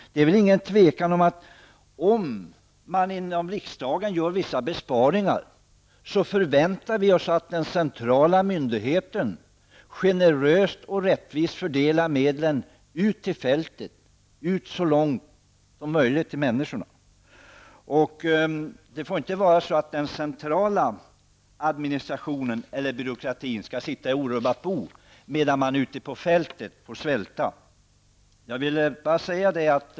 Det råder väl inget tvivel om att om riksdagen beslutar om vissa besparingar, förväntas den centrala myndigheten generöst och rättvist fördela medlen ut på fältet så långt som möjligt till människorna. Den centrala administrationen eller byråkratin skall inte sitta i orubbat bo medan man får svälta ute på fältet.